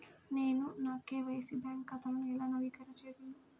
నేను నా KYC bank ఖాతాను ఎలా నవీకరణ చేయగలను?